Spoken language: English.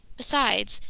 besides,